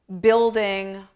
building